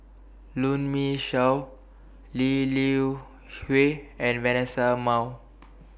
Runme Shaw Lee Liu Hui and Vanessa Mae